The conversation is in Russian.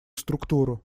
структуру